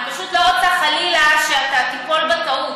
אני פשוט לא רוצה, חלילה, שאתה תיפול בטעות.